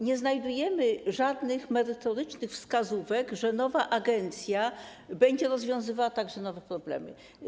Nie znajdujemy żadnych merytorycznych wskazówek co do tego, że nowa agencja będzie rozwiązywała także nowe problemy.